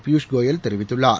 பியூஷ் கோயல் தெரிவித்துள்ளார்